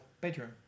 bedroom